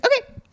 Okay